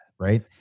right